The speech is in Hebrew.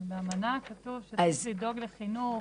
אבל באמנה כתוב שצריך לדאוג לחינוך,